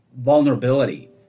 vulnerability